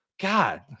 God